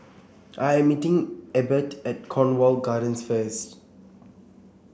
I'm meeting Ebert at Cornwall Gardens first